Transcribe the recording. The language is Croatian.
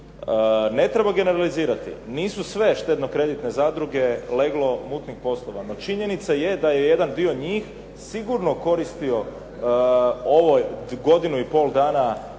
Ne treba generalizirati. Nisu sve štedno-kreditne zadruge leglo mutnih poslova. No činjenica je da je jedan dio njih sigurno koristio ovih godinu i pol dana